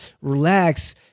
relax